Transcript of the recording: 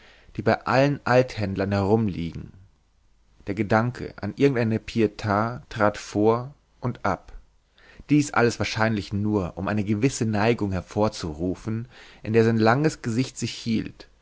die bei allen althändlern herumliegen der gedanke an irgendeine piet trat vor und ab dies alles wahrscheinlich nur um eine gewisse neigung hervorzurufen in der sein langes gesicht sich hielt